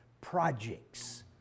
projects